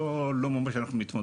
לא עם אלה אתם אנחנו מתמודדים.